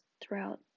throughout